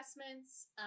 assessments